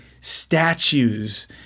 statues